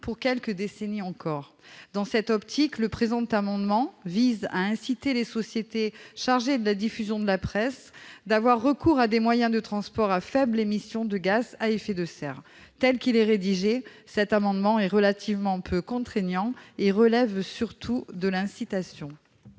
pour quelques décennies encore. Dans cette optique, le présent amendement vise à inciter les sociétés chargées de la diffusion de la presse à avoir recours à des moyens de transport à faible émission de gaz à effet de serre. Tel qu'il est rédigé, il est relativement peu contraignant et relève surtout de l'incitation.